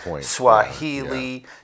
Swahili